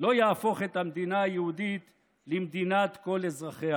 לא יהפוך את המדינה היהודית למדינת כל אזרחיה.